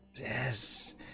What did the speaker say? yes